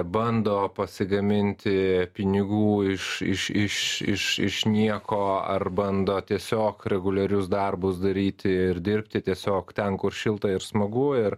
bando pasigaminti pinigų iš iš iš iš iš nieko ar bando tiesiog reguliarius darbus daryti ir dirbti tiesiog ten kur šilta ir smagu ir